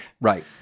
Right